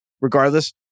regardless